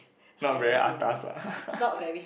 not very atas ah